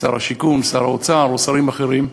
שר השיכון, שר האוצר או שרים אחרים,